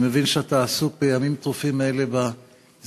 אני מבין שאתה עסוק בימים טרופים אלה בזיהום,